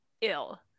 ill